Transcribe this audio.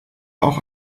auch